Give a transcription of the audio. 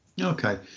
okay